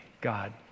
God